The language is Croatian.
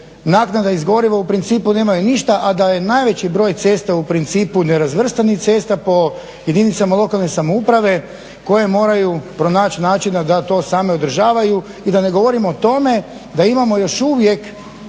naknada iz goriva u principu nemaju ništa, a da je najveći broj cesta u principu nerazvrstanih cesta po jedinicama lokalne samouprave koje moraju pronaći načina da to same održavaju. I da ne govorim o tome da imamo još uvijek